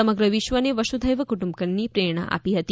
સમગ્ર વિશ્વને વસુઘૈવ કુટુમ્બકમની પ્રેરણા આપી હતી